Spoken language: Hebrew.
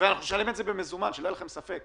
ואנחנו נשלם את זה במזומן, שלא יהיה לכם ספק.